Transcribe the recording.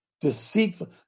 Deceitful